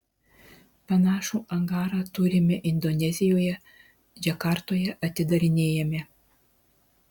panašų angarą turime indonezijoje džakartoje atidarinėjame